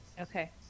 Okay